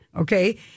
Okay